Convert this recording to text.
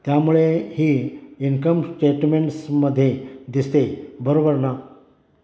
त्यामुळे ही इन्कम स्टेटमेंट्समध्ये दिसते बरोबर ना